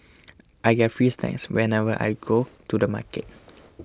I get free snacks whenever I go to the supermarket